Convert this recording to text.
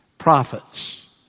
Prophets